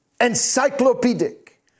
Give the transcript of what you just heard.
encyclopedic